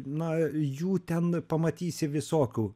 na jų ten pamatysi visokių